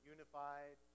Unified